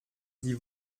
sie